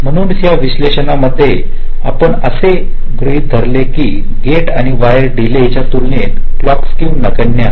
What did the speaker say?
म्हणूनच या विश्लेषण मध्ये आपण असे गृहीत धरले आहे की गेट आणि वायर डीले च्या तुलनेत क्लॉक स्केव नगण्य आहे